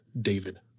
David